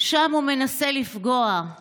שם הוא מנסה לפגוע /